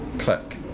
click.